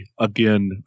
again